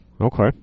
okay